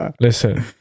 listen